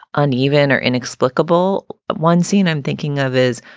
uneven or inexplicable at one scene i'm thinking of is.